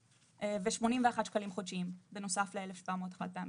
ו-81 שקלים חודשיים בנוסף ל-1,700 חד פעמי.